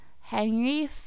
henry